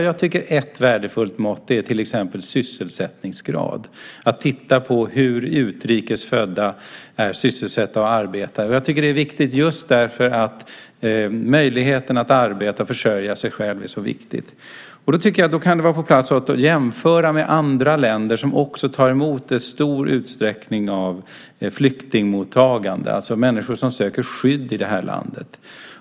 Jag tycker att ett värdefullt mått är sysselsättningsgrad, att titta på om utrikes födda är sysselsatta eller i arbete. Det är viktigt därför att möjligheten att arbeta och försörja sig själv är så viktig. Det kan vara på sin plats att jämföra med andra länder som också har ett stort flyktingmottagande, det vill säga människor som söker skydd i landet.